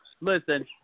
Listen